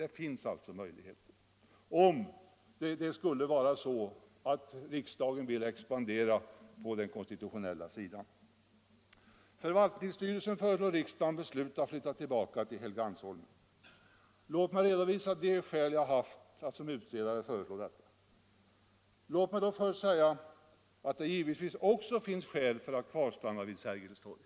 Man kan alltså disponera ytterligare lokalutrymmen, om riksdagen skulle vilja expandera vad gäller de konstitutionella funktionerna. Förvaltningsstyrelsen föreslår riksdagen att besluta flytta tillbaka till Helgeandsholmen. Låt mig redovisa de skäl jag haft att som utredare föreslå detta. Jag vill då först säga att det givetvis också finns skäl för att kvarstanna vid Sergels torg.